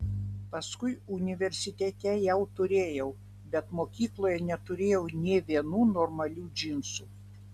paskui universitete jau turėjau bet mokykloje neturėjau nė vienų normalių džinsų